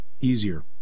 easier